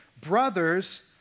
brothers